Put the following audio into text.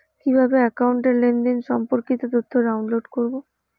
কিভাবে একাউন্টের লেনদেন সম্পর্কিত তথ্য ডাউনলোড করবো?